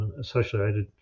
associated